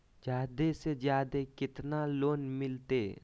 जादे से जादे कितना लोन मिलते?